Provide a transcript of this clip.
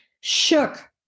shook